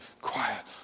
quiet